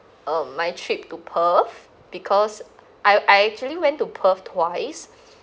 um my trip to perth because I I actually went to perth twice